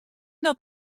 dat